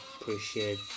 appreciate